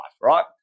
right